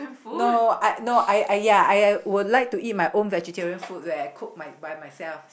no I no I I ya I would like to eat my own vegetarian food where I cook my by myself